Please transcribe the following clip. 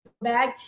bag